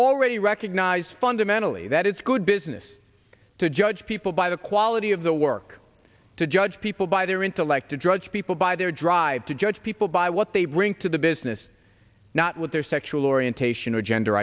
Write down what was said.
already recognize fundamentally that it's good business to judge people by the quality of the work to judge people by their intellect to drudge people by their drive to judge people by what they bring to the business not what their sexual orientation or gender